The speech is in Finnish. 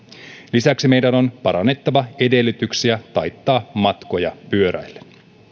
lisäksi meidän on parannettava edellytyksiä taittaa matkoja pyöräillen